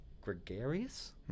gregarious